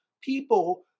people